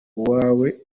uwawe